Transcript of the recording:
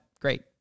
great